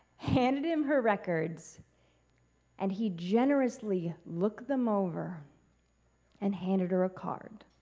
handed him her records and he generously look them over and handed her a card